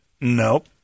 Nope